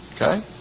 Okay